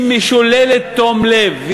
היא משוללת תום לב,